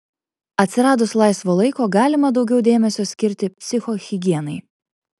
atsiradus laisvo laiko galima daugiau dėmesio skirti psichohigienai